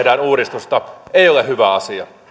tehdään uudistusta ei ole hyvä asia